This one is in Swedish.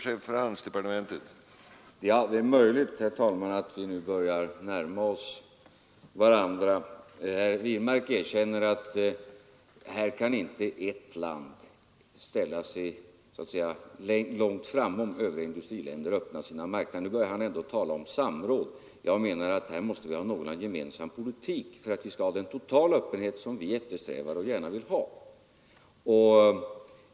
Herr talman! Det är möjligt att vi nu börjar närma oss varandra; herr Wirmark erkänner att ett land inte kan ställa sig långt framom övriga industriländer och öppna sina marknader. Nu börjar han ändå tala om samråd. Jag menar att vi måste ha en någorlunda gemensam politik för att kunna få den totala öppenhet som vi eftersträvar och gärna vill ha.